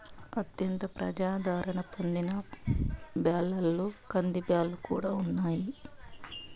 అత్యంత ప్రజాధారణ పొందిన బ్యాళ్ళలో కందిబ్యాల్లు కూడా ఉన్నాయి